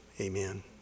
amen